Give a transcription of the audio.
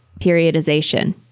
periodization